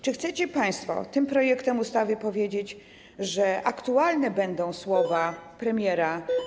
Czy chcecie państwo tym projektem ustawy powiedzieć, że aktualne będą słowa premiera?